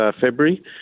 February